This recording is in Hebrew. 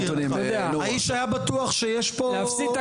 האיש היה בטוח שיש פה -- להפסיד את